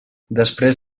després